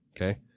okay